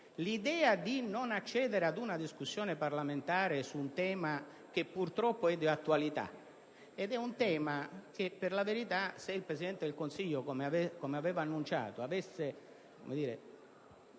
l'idea di non accedere ad una discussione parlamentare su un tema purtroppo di attualità (tema che, per la verità, se il Presidente del Consiglio, come aveva annunciato, avesse